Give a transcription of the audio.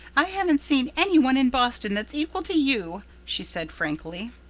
i haven't seen any one in boston that's equal to you, she said frankly.